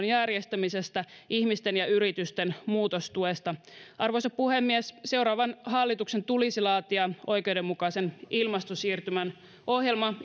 järjestämisestä ihmisten ja yritysten muutostuesta arvoisa puhemies seuraavan hallituksen tulisi laatia oikeudenmukaisen ilmastosiirtymän ohjelma